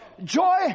joy